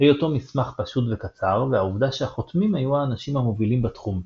היותו מסמך פשוט וקצר והעובדה שהחותמים היו האנשים המובילים בתחום.